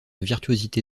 virtuosité